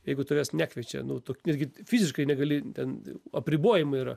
jeigu tavęs nekviečia nu tu irgi fiziškai negali ten apribojimai yra